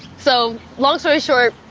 so, long story short,